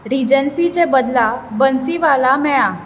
रीजन्सीचे बदला बन्सीवाला मेळ्ळां